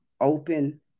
Open